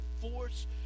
force